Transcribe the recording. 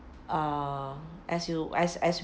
ah as you as as